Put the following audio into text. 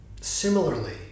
similarly